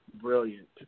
brilliant